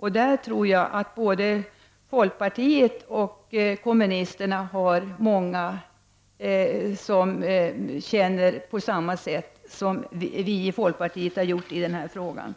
Jag tror att det inom vpk finns många som känner på samma sätt som vi i folkpartiet har gjort i denna fråga.